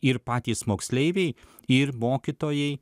ir patys moksleiviai ir mokytojai